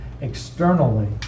externally